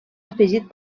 afegit